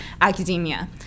academia